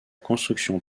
construction